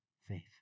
faith